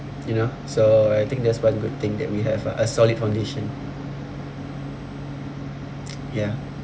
you know so I think that's one good thing that we have ah a solid foundation ya